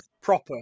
proper